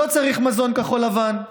לא צריך מזון כחול-לבן,